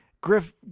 Griff